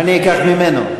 אני אקח ממנו.